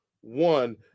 one